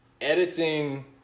editing